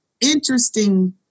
interesting